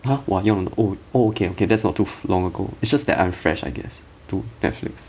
!huh! 我用 oh oh okay okay that's not too long ago it's just that I'm fresh I guess to netflix